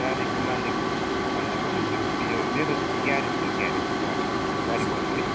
गाडीको मालिक भन्दा पनि यो मेरो ग्यारेज छ ग्यारेज गाडीको गाडी बनाउने